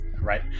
right